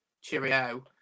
cheerio